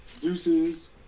Deuces